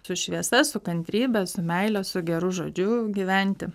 su šviesa su kantrybe su meile su geru žodžiu gyventi